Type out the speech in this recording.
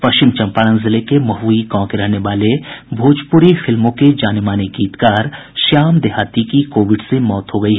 पश्चिम चम्पारण जिले के महुई गांव के रहने वाले भोजपुरी फिल्मों के जाने माने गीतकार श्याम देहाती की कोविड से मौत हो गयी